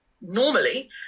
normally